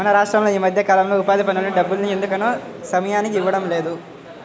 మన రాష్టంలో ఈ మధ్యకాలంలో ఉపాధి పనుల డబ్బుల్ని ఎందుకనో సమయానికి ఇవ్వడం లేదు